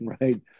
right